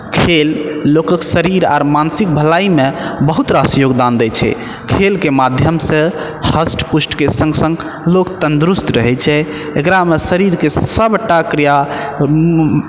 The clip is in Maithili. खेल लोकक शरीर आओर मानसिक भलाइमे बहुत रास योगदान दै छै खेलके माध्यमसँ हष्ट पुष्टके सङ्ग सङ्ग लोग तन्दुरुस्त रहै छै एकरामे शरीरके सबटा क्रिया